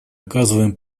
оказываем